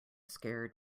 scared